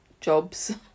jobs